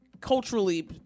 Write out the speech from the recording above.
culturally